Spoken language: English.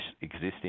existing